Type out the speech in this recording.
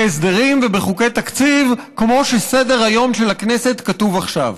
הסדרים ובחוקי תקציב כמו שסדר-היום של הכנסת כתוב עכשיו.